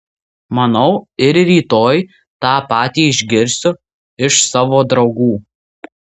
manau ir rytoj tą patį išgirsiu iš savo draugų